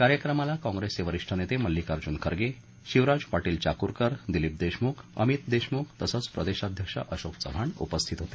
कार्यक्रमाला काँप्रेसचे वरीष्ठ नेते मल्लिकार्जुन खरगे शिवराज पाटील चाकूरकर दिलीप देशमुख अमित देशमुख तसंच प्रदेशाध्यक्ष अशोक चव्हाण उपस्थित होते